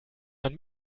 man